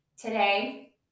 today